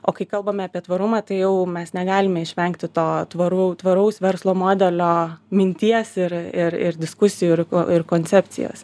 o kai kalbame apie tvarumą tai jau mes negalime išvengti to tvarau tvaraus verslo modelio minties ir ir ir diskusijų ir ir koncepcijos